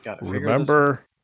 Remember